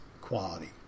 quality